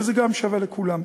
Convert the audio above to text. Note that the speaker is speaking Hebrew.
שזה גם שווה לכולם.